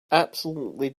absolutely